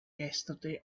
yesterday